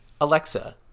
Alexa